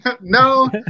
No